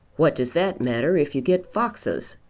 what does that matter, if you get foxes?